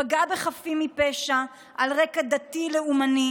פגע בחפים מפשע על רקע דתי-לאומני